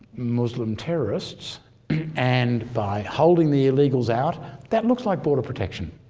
muslim terrorists and by holding the illegals out that looks like border protection.